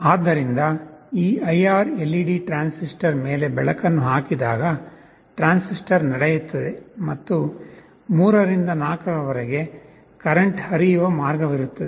ಆದ್ದರಿಂದ ಈ IR LED transistor ಮೇಲೆ ಬೆಳಕನ್ನು ಹಾಕಿದಾಗ ಟ್ರಾನ್ಸಿಸ್ಟರ್ ನಡೆಯುತ್ತದೆ ಮತ್ತು 3 ರಿಂದ 4 ರವರೆಗೆ ಕರೆಂಟ್ ಹರಿಯುವ ಮಾರ್ಗವಿರುತ್ತದೆ